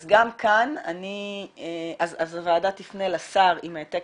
אז גם כאן הוועדה תפנה לשר עם העתק